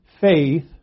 faith